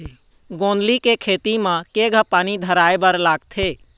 गोंदली के खेती म केघा पानी धराए बर लागथे?